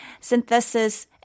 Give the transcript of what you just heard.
synthesis